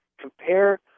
compare